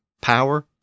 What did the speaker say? power